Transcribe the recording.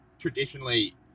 Traditionally